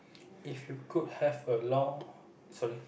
if could have a long sorry